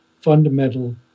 fundamental